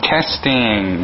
Testing